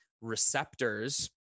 receptors